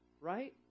Right